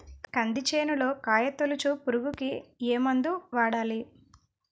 కంది చేనులో కాయతోలుచు పురుగుకి ఏ మందు వాడాలి?